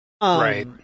Right